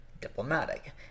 diplomatic